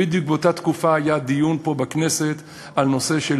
בדיוק באותה התקופה היה דיון פה בכנסת על הנושא של